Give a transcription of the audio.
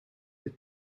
dit